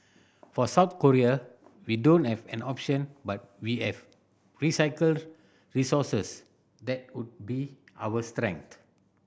for South Korea we don't have an option but we have recycled resources that would be our strength